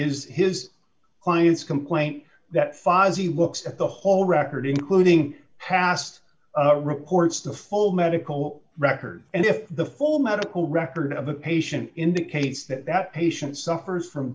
is his client's complaint that fozzie works at the whole record including past reports the full medical record and if the full medical record of a patient indicates that that patient suffers from